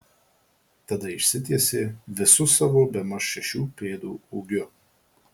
tada išsitiesė visu savo bemaž šešių pėdų ūgiu